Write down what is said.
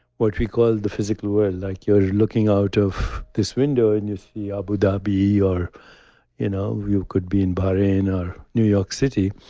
what we call the physical world, like you're looking out of this window and you see abu dhabi or you know you could be in bahrain or new york city,